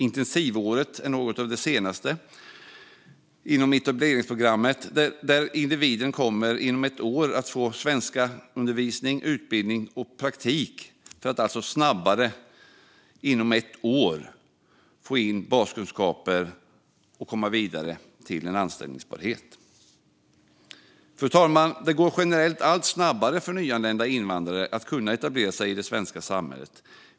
Intensivåret är något av det senaste inom etableringsprogrammet. Där kommer individen inom ett år att få svenskundervisning, utbildning och praktik för att snabbare få in baskunskaper och komma vidare till anställbarhet. Fru talman! Det går generellt allt snabbare för nyanlända invandrare att kunna etablera sig i det svenska samhället.